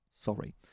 Sorry